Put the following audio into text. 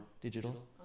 digital